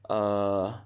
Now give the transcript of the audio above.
err